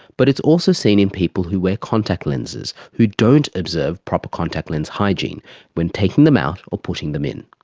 but it's also seen in people who wear contact lenses who don't observe proper contact lens hygiene when taking them out or putting them in.